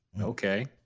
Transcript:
Okay